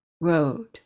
road